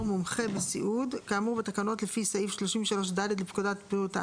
מומחה בסיעוד כאמור בתקנות לפי סעיף 33(ד) לפקודת בריאות העם,